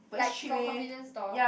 like from convenience store